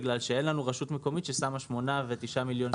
בגלל שאין לנו רשות מקומית ששמה 9-8 מיליון שקל.